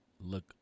look